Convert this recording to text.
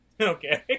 Okay